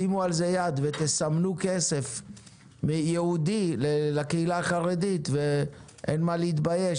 שימו על זה יד ותסמנו כסף ייעודי לקהילה החרדית ואין מה להתבייש.